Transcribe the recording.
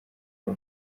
aba